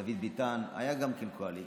דוד ביטן, הייתה גם כן קואליציה.